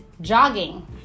jogging